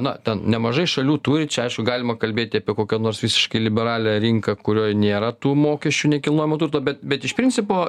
na ten nemažai šalių turi čia aišku galima kalbėti apie kokią nors visiškai liberalią rinką kurioj nėra tų mokesčių nekilnojamo turto bet iš principo